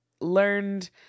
learned